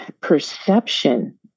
perception